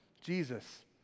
Jesus